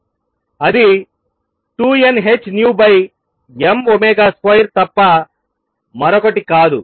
అది 2 n h nu mω2 తప్ప మరొకటి కాదు